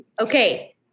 Okay